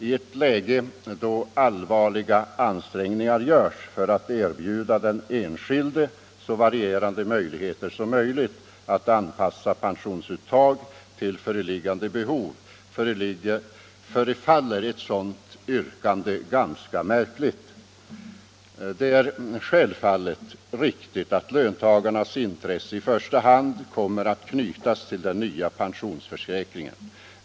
I ett läge då allvarliga ansträngningar görs för att erbjuda den enskilde så varierande möjligheter som det går att anpassa pensionsuttag till föreliggande behov förefaller ett sådant yrkande ganska märkligt. Det är självfallet riktigt att löntagarnas intresse i första hand kommer att knytas till den nya pensionsförsäkringen.